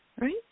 right